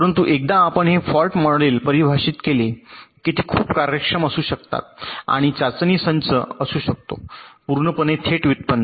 परंतु एकदा आपण हे फॉल्ट मॉडेल परिभाषित केले की ते खूप कार्यक्षम असू शकतात आणि चाचणी संच असू शकतो पूर्णपणे थेट व्युत्पन्न